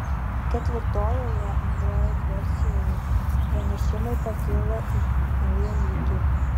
ketvirtojoje android versijoje pranešimai pakilo į naują lygį